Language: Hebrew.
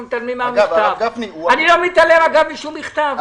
אגב, אני לא מתעלם משום מכתב.